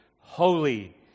holy